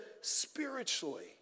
spiritually